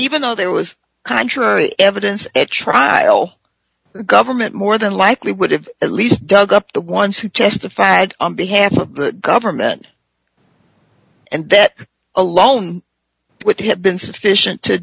even though there was contrary evidence at trial government more than likely would have at least dug up the ones who testified on behalf of the government and that alone would have been sufficient to